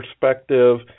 perspective